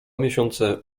miesiące